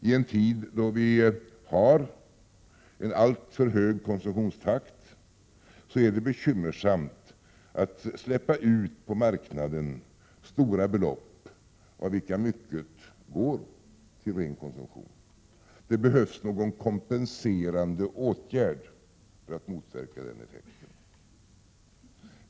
I en tid då vi har en alltför hög konsumtionstakt är det bekymmersamt att släppa ut på marknaden stora belopp av vilka mycket går till ren konsumtion. Det behövs någon kompenserande åtgärd för att motverka den effekten.